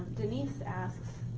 denise asks,